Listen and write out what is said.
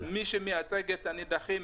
מי שמייצג את הנידחים,